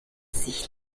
sich